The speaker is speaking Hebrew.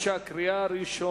אנחנו